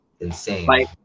insane